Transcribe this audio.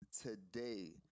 today